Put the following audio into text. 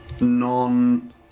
non-